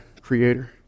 Creator